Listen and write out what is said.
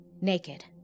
naked